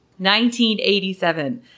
1987